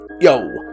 Yo